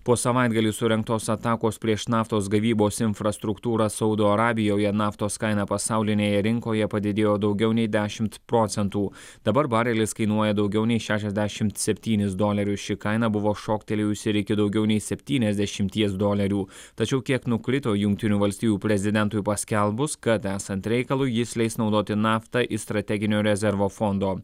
po savaitgalį surengtos atakos prieš naftos gavybos infrastruktūrą saudo arabijoje naftos kaina pasaulinėje rinkoje padidėjo daugiau nei dešimt procentų dabar barelis kainuoja daugiau nei šešiasdešimt septynis dolerius ši kaina buvo šoktelėjusi iki daugiau nei septyniasdešimties dolerių tačiau kiek nukrito jungtinių valstijų prezidentui paskelbus kad esant reikalui jis leis naudoti naftą iš strateginio rezervo fondo